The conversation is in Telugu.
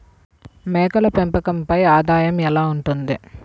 మేకల పెంపకంపై ఆదాయం ఎలా ఉంటుంది?